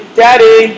daddy